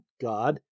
God